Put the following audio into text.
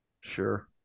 Sure